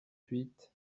huit